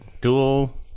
dual